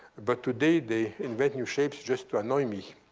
but today they invent new shapes just to annoy me.